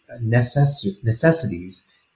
necessities